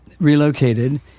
relocated